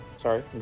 Sorry